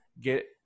get